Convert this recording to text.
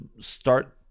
start